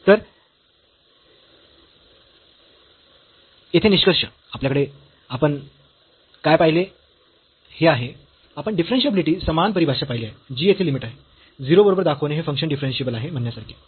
तर येथे निष्कर्ष आपल्याकडे आपण काय पाहिले हे आहे आपण डिफरन्शियाबिलिटीची समान परिभाषा पाहिली आहे जी येथे लिमिट आहे 0 बरोबर दाखवणे हे फंक्शन डिफरन्शियेबल आहे म्हणण्यासारखे आहे